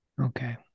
Okay